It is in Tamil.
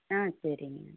ஆ சரிங்க